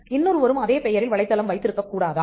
இன்னொருவரும் அதே பெயரில் வலைத்தளம் வைத்திருக்கக் கூடாதா